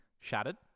shattered